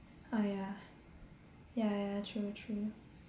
ah ya ya ya true true